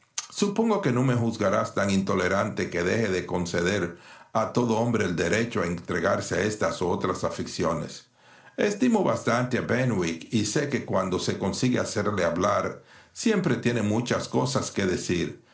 supongo que no me juzgarás tan intolerante que deje de conceder a todo hombre el derecho a entregarse a éstas o las otras aficiones estimo bastante á benwick y sé que cuando se consigue hacerle hablar siempre tiene muchas cosas que decir